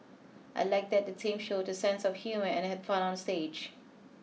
I like that the teams showed a sense of humour and had fun up on stage